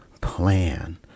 plan